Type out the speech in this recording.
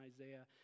Isaiah